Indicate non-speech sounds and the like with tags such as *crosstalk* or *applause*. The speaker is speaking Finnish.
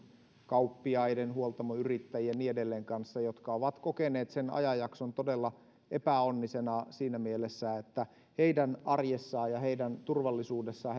kauppiaiden huoltamoyrittäjien ja niin edelleen kanssa jotka ovat kokeneet sen ajanjakson todella epäonnisena siinä mielessä että heidän arjessaan ja heidän turvallisuudessaan *unintelligible*